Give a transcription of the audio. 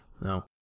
no